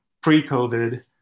pre-COVID